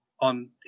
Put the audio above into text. on